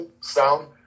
sound